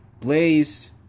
Blaze